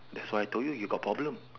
that's why I told you you got problem